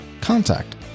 contact